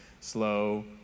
slow